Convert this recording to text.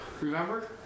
Remember